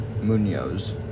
Munoz